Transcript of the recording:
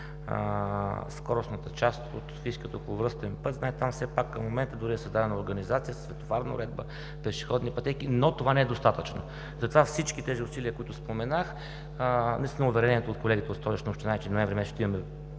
скоростната част от софийския околовръстен път. Знаете, че там към момента дори е създадена организация със светофарна уредба, пешеходни пътеки, но това не е достатъчно. Затова всички тези усилия, за които споменах – наистина уверението от колегите от Столична община е, че месец ноември ще имаме